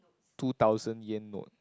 two thousand yen note